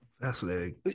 Fascinating